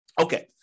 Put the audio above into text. Okay